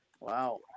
wow